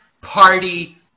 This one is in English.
party